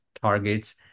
targets